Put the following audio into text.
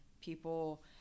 people